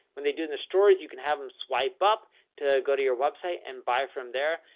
when they do in the stories, you can have them swipe up to go to your website and buy from there.